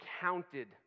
counted